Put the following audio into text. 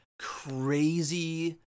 crazy